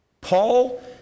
Paul